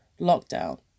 lockdown